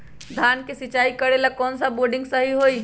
धान के सिचाई करे ला कौन सा बोर्डिंग सही होई?